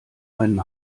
einen